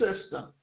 system